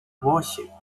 восемь